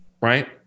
right